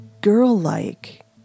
girl-like